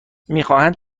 میخواهند